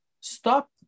stop